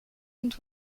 and